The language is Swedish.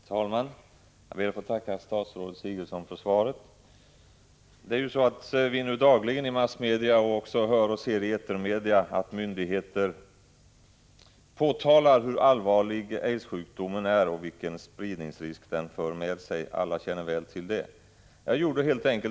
Herr talman! Jag ber att få tacka statsrådet Sigurdsen för svaret på min fråga. Dagligen får vi i massmedia höra och se att myndigheter påtalar hur allvarlig aids-sjukdomen är och vilken spridningsrisk den för med sig. Alla här känner väl till detta.